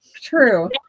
true